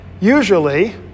usually